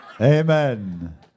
Amen